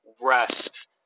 rest